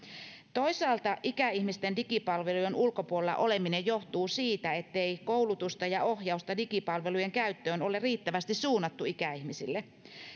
toisaalta ikäihmisten digipalvelujen ulkopuolella oleminen johtuu siitä ettei koulutusta ja ohjausta digipalvelujen käyttöön ole riittävästi suunnattu ikäihmisille